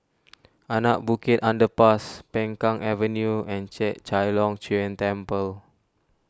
Anak Bukit Underpass Peng Kang Avenue and Chek Chai Long Chuen Temple